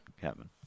Kevin